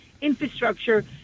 infrastructure